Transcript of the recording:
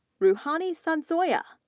ruhani sansoya, ah